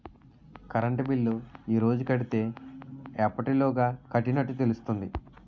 Current bill ఈ రోజు కడితే ఎప్పటిలోగా కట్టినట్టు తెలుస్తుంది?